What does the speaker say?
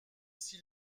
s’il